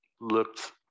looked